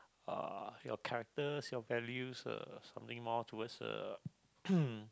uh your characters your values uh something more towards uh